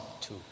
Two